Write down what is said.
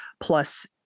plus